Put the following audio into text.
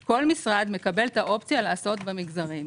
כל משרד מקבל את האופציה לעשות במגזרים.